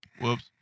Whoops